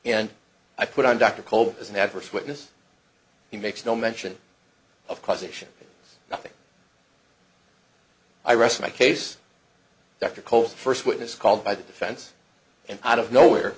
and i put on dr cole as an adverse witness he makes no mention of causation nothing i rest my case dr cole first witness called by the defense and out of nowhere